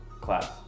class